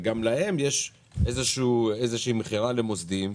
וגם להם יש איזושהי מכירה למוסדיים,